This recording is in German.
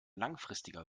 langfristiger